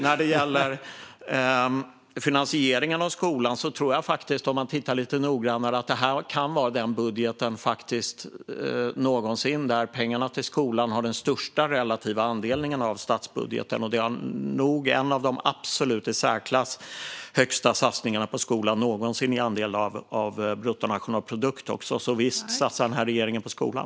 När det gäller finansieringen av skolan tror jag faktiskt att den som tittar lite noggrannare ser att detta kan vara den budget där pengarna har störst relativ andel någonsin av statsbudgeten. Det rör sig nog om en av de i särklass största satsningarna på skolan någonsin, som andel av bruttonationalprodukten. Så visst satsar den här regeringen på skolan.